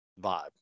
vibe